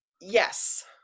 Yes